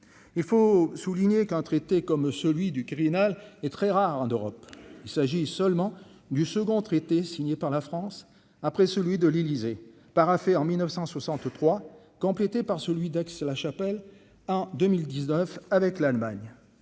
il faut souligner. Traité comme celui du Quirinal est très rare en Europe, il s'agit seulement du second traité signés par la France après celui de l'Élysée, paraphé en 1963 complété par celui d'Aix-la-Chapelle en 2019 avec l'Allemagne,